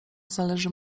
zależy